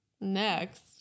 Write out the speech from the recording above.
Next